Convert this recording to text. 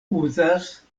uzas